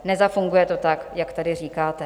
Nezafunguje to tak, jak tady říkáte.